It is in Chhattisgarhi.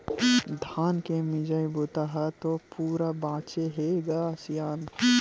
धान के मिजई बूता ह तो पूरा बाचे हे ग सियान